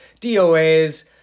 DOAs